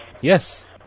Yes